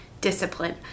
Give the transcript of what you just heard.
discipline